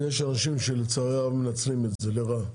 ויש אנשים שלצערי הרב מנצלים את זה לרעה.